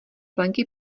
plenky